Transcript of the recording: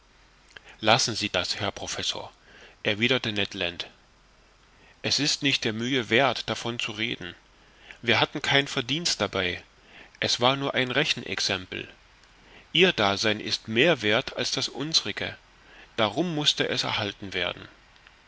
lassen sie das herr professor erwiderte ned land es ist nicht der mühe werth davon zu reden wir hatten kein verdienst dabei es war nur ein rechenexempel ihr dasein ist mehr werth als das unsrige darum mußte es erhalten werden